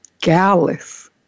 Gallus